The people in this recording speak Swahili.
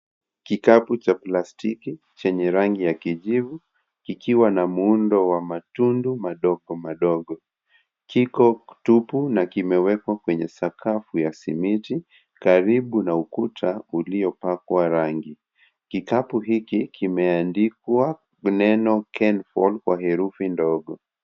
Kikapu cha plastiki chenye rangi ya kijivu kikiwa na muundo wa matundu madogo madogo. Kiko tupu na kimewekwa kwenye sakafu ya simiti karibu na ukuta uliopakwa rangi. Kikapu huku kimeandikwa neno "Kenfall" kwa herufi ndogo.